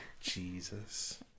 Jesus